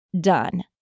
done